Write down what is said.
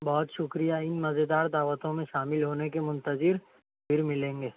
بہت شکریہ ان مزیدار دعوتوں میں شامل ہونے کے منتظر پھر ملیں گے